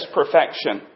perfection